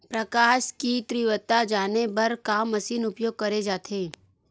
प्रकाश कि तीव्रता जाने बर का मशीन उपयोग करे जाथे?